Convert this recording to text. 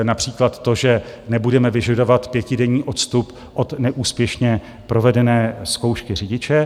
Například to, že nebudeme vyžadovat pětidenní odstup od neúspěšně provedené zkoušky řidiče.